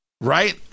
right